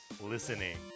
listening